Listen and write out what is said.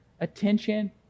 attention